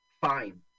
fine